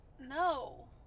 No